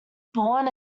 born